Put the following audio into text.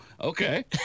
okay